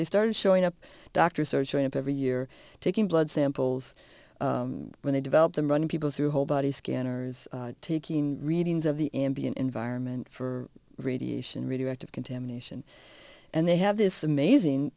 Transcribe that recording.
they started showing up doctors are showing up every year taking blood samples when they develop them running people through whole body scanners taking readings of the ambient environment for radiation radioactive contamination and they have this amazing